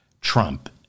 Trump